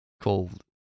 called